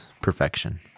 perfection